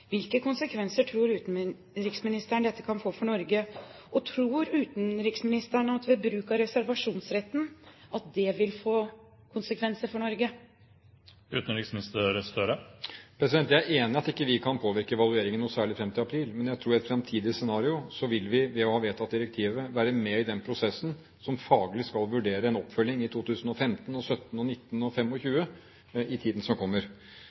hvilke konsekvenser tror utenriksministeren dette kan få for Norge? Tror utenriksministeren at bruk av reservasjonsretten vil få konsekvenser for Norge? Jeg er enig i at vi ikke kan påvirke evalueringen noe særlig fram til april. Men jeg tror at i et fremtidig scenario vil vi, ved å ha vedtatt direktivet, være med på den prosessen som faglig skal vurdere en oppfølging i 2015, 2017, 2019 og 2025 i tiden som kommer.